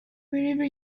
wherever